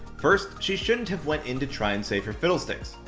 first, she shouldn't have went in to try and save her fiddlesticks.